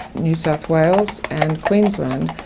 new south wales and queensland.